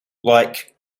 like